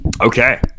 Okay